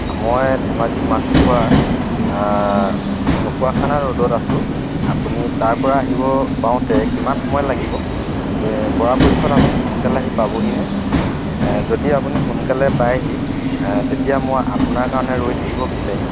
মই ধেমাজি মাছখোৱা ঢকুৱাখানা ৰোডত আছো আপুনি তাৰ পৰা আহিব পাওঁতে কিমান সময় লাগিব পৰাপক্ষত আপুনি সোনকালে আহি পাবহিনে যদি আপুনি সোনকালে পায়হি তেতিয়া মই আপোনাৰ কাৰণে ৰৈ থাকিব বিচাৰিম